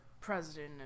President